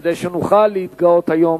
כדי שנוכל להתגאות היום